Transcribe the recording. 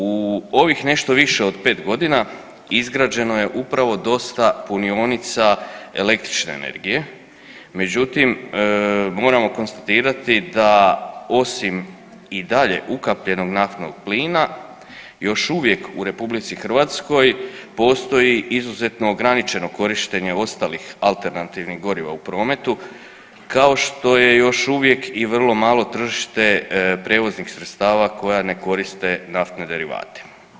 U ovih nešto više od 5 godina izgrađeno je upravo dosta punionica električne energije, međutim moramo konstatirati da osim i dalje ukapljenog naftnog plina još uvijek u RH postoji izuzetno ograničeno korištenje ostalih alternativnih goriva u prometu kao što je još uvijek i vrlo malo tržište prijevoznih sredstava koja ne koriste naftne derivate.